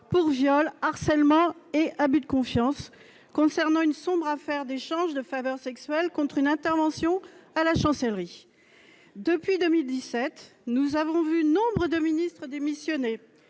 pour viol, harcèlement et abus de confiance concernant une sombre affaire d'échange de faveurs sexuelles contre une intervention à la Chancellerie. Ce que vous dites est scandaleux ! Depuis 2017, nous avons vu nombre de ministres démissionner